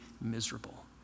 miserable